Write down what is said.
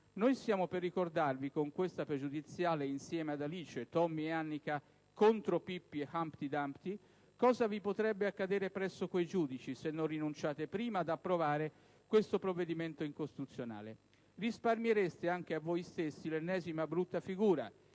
Noi siamo per ricordarvi, con questa pregiudiziale, insieme ad Alice, Tommy e Annika, contro Pippi e Humpty Dumpty, cosa vi potrebbe accadere presso quei giudici, se non rinunciate prima ad approvare questo provvedimento incostituzionale. Risparmiereste anche a voi stessi l'ennesima brutta figura,